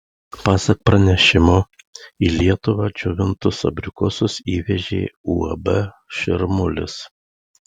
pasak pranešimo į lietuvą džiovintus abrikosus įvežė uab širmulis